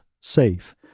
Safe